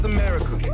America